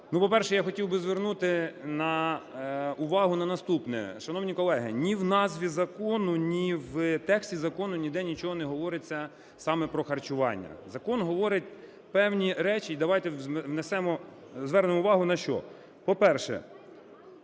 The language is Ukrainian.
По-перше, я хотів би звернути увагу на наступне. Шановні колеги, ні у назві закону, ні в тексті закону ніде нічого не говориться саме про харчування. Закон говорить певні речі, і давайте звернемо увагу на що: по-перше,